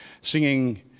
singing